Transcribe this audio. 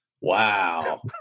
Wow